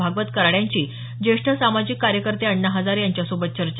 भागवत कराड यांची ज्येष्ठ सामाजिक कार्यकर्ते अण्णा हजारे यांच्यासोबत चर्चा